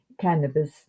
cannabis